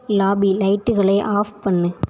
lobby லைட்டுகளை off பண்ணு